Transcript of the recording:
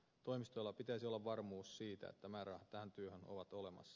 toimistoilla pitäisi olla varmuus siitä että määrärahat tähän työhön ovat olemassa